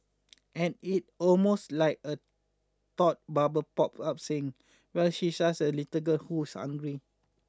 and it almost like a thought bubble pops up saying well she's just a little girl who's hungry